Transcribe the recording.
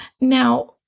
Now